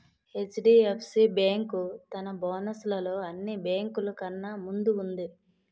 HDFC bank తన bonus లలో అన్ని బేంకులు కన్నా ముందు వుంది